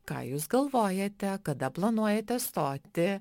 ką jūs galvojate kada planuojate stoti